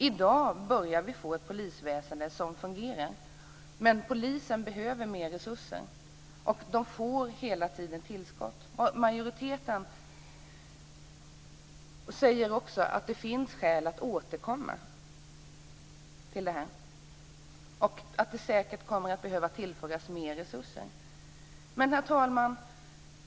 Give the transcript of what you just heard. I dag börjar vi att få ett polisväsende som fungerar, men polisen behöver mer resurser, och den får hela tiden tillskott. Majoriteten säger också att det finns skäl att återkomma till detta och det säkert kommer att behöva tillföras mer resurser. Herr talman!